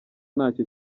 ntacyo